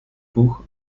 buch